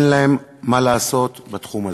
אין להם מה לעשות בתחום הזה.